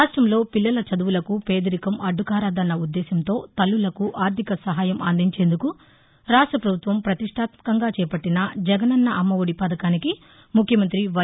రాష్టంలో పిల్లల చదువులకు పేదరికం అడ్డు కారాదన్న ఉద్దేశ్యంతో తల్లులకు ఆర్థిక సహాయం అందించేందుకు రాష్ట ప్రభుత్వం ప్రతిష్టాత్మకంగా చేపట్టిన జగనన్న అమ్మ ఒడి పథకానికి ముఖ్యమంత్రి వై